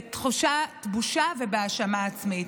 בתחושת בושה ובהאשמה עצמית.